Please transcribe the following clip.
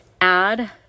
add